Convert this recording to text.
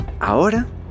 Ahora